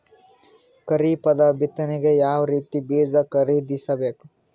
ಖರೀಪದ ಬಿತ್ತನೆಗೆ ಯಾವ್ ರೀತಿಯ ಬೀಜ ಖರೀದಿಸ ಬೇಕು?